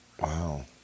Wow